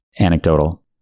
anecdotal